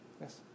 Yes